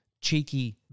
cheeky